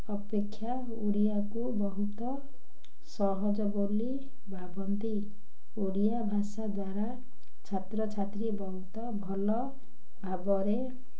ଅପେକ୍ଷା ଓଡ଼ିଆକୁ ବହୁତ ସହଜ ବୋଲି ଭାବନ୍ତି ଓଡ଼ିଆ ଭାଷା ଦ୍ୱାରା ଛାତ୍ରଛାତ୍ରୀ ବହୁତ ଭଲ ଭାବରେ